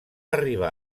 arribar